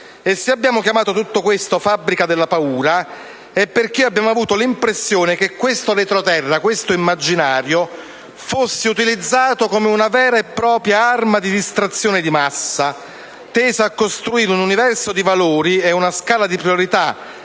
se abbiamo chiamato tutto questo «fabbrica della paura» è perché abbiamo avuto l'impressione che questo retroterrra, questo immaginario fosse utilizzato come una vera e propria arma di distrazione di massa, tesa a costruire un universo di valori e una scala di priorità